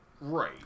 Right